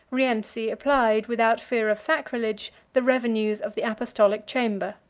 rienzi applied, without fear of sacrilege, the revenues of the apostolic chamber